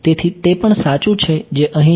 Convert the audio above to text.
તેથી તે પણ સાચું છે જે અહી છે